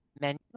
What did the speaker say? menu